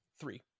Three